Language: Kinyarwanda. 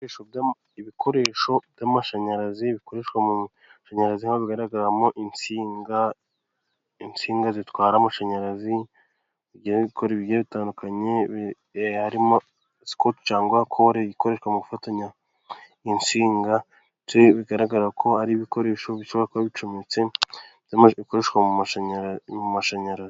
Iibikoresho by'amashanyarazi bikoreshwa mu amashanyarazi bigaragaramo insinga. Insinga zitwara imashanyarazi mu gukora ibintu bitandukanye harimo sikoci cyangwa kore ikoreshwa mu gufatanya insinga bigaragara ko ari ibikoresho bishobora kuba bicometse byo gukoreshwa mu mashanyarazi.